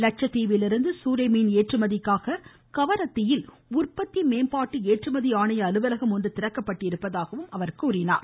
லட்சத்தீவிலிருந்து சூரை மீன் ஏற்றுமதிக்காக கவரத்தியில் உற்பத்தி மேம்பாடு ஏற்றுமதி ஆணைய அலுவலகம் ஒன்று திறக்கப்பட்டிருப்பதாகவும் அவர் கூறினார்